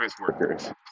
workers